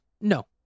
No